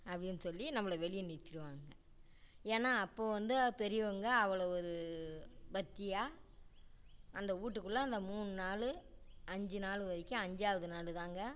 அப்படின்னு சொல்லி நம்மளை வெளியே நிறுத்திடுவாங்கங்க ஏன்னா அப்போது வந்து பெரியவங்க அவ்வளோ ஒரு பக்தியாக அந்த வீட்டுக்குள்ள அந்த மூணு நாள் அஞ்சு நாள் வரைக்கும் அஞ்சாவது நாள்தாங்க